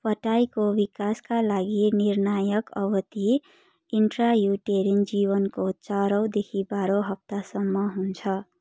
फटाइको विकासका लागि निर्णायक अवधि इन्ट्रायुटेरिन जीवनको चारौँदेखि बाह्रौँ हप्तासम्म हुन्छ